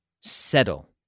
settle